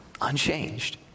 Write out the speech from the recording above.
unchanged